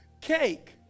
cake